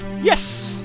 yes